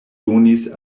donis